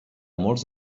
molts